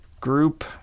group